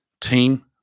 Team